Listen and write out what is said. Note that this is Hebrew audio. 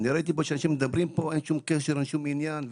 ראיתי כאן שאנשים מדברים ואין שום קשר ושום עניין,